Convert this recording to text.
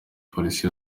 polisi